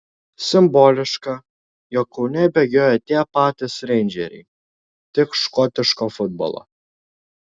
simboliška jog kaune bėgiojo tie patys reindžeriai tik škotiško futbolo